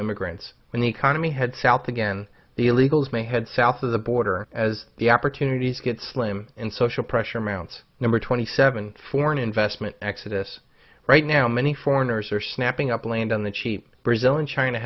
immigrants when the economy head south again the illegals may head south of the border as the opportunities get slim in social pressure mounts number twenty seven foreign investment exodus right now many foreigners are snapping up land on the cheap brazil and china